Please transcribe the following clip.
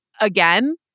again